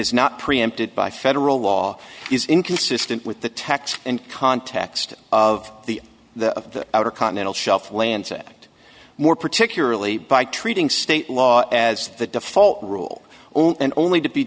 is not preempted by federal law is inconsistent with the text and context of the the outer continental shelf lands act more particularly by treating state law as the default rule only and only to be